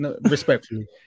respectfully